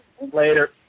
Later